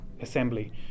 Assembly